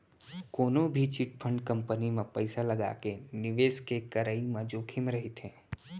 कोनो भी chit fund company म पइसा लगाके निवेस के करई म जोखिम रहिथे